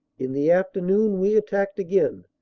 in the afternoon we attacked again,